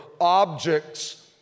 objects